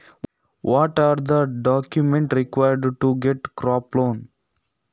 ಬೆಳೆ ಸಾಲ ಪಡೆಯಲು ಏನೆಲ್ಲಾ ದಾಖಲೆಗಳು ಬೇಕು?